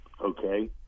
okay